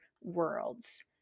worlds